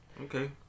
Okay